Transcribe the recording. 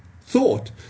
thought